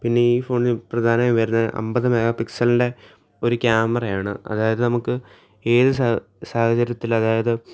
പിന്നെ ഈ ഫോണിൽ പ്രധാനായി വരുന്നത് അമ്പത് മെഗാ പിക്സലിൻ്റെ ഒരു ക്യാമറയാണ് അതായത് നമുക്ക് ഏത് സാഹചര്യത്തിൽ അതായത്